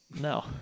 No